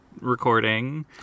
recording